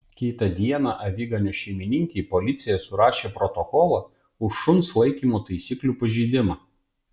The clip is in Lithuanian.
kitą dieną aviganio šeimininkei policija surašė protokolą už šuns laikymo taisyklių pažeidimą